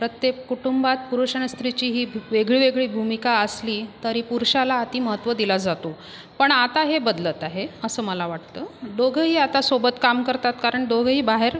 प्रत्येक कुटुंबात पुरुष आणि स्त्रीची ही वेगळी वेगळी भूमिका असली तरी पुरुषाला अति महत्त्व दिला जातो पण आता हे बदलत आहे असं मला वाटतं दोघंही आता सोबत काम करतात कारण दोघंही बाहेर